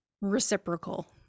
reciprocal